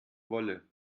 wolle